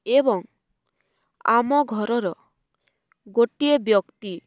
ଏବଂ ଆମ ଘରର ଗୋଟିଏ ବ୍ୟକ୍ତି